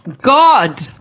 God